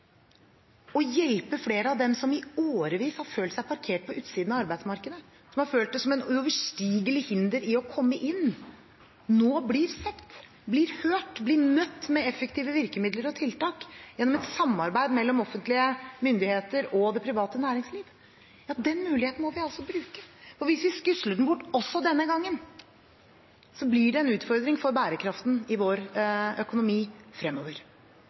å hjelpe flere av dem som i årevis har følt seg parkert på utsiden av arbeidsmarkedet, som har følt at det er uoverstigelige hindre for å komme inn. De blir nå sett, hørt og møtt med effektive virkemidler og tiltak, gjennom et samarbeid mellom offentlige myndigheter og det private næringslivet. Denne muligheten må vi bruke. Hvis vi skusler den bort denne gangen også, blir det en utfordring for bærekraften i vår økonomi fremover.